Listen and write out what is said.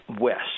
west